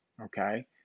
Okay